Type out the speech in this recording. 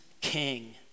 king